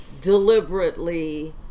deliberately